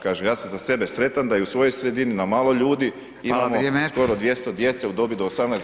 Kažem, ja sam za sebe sretan da i u svojoj sredini, na malo ljudi [[Upadica Radin: Vrijeme.]] imamo skoro 200 djece u dobi do 18